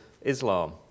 Islam